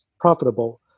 profitable